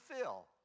fill